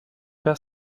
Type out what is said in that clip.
père